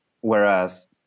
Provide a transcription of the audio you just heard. Whereas